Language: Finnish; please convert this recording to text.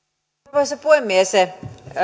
arvoisa puhemies